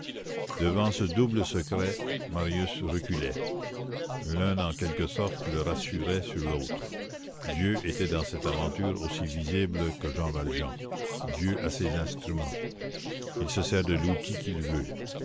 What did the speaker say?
devant ce double secret marius reculait l'un en quelque sorte le rassurait sur l'autre dieu était dans cette aventure aussi visible que jean valjean dieu a ses instruments il se sert de l'outil qu'il veut